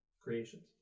creations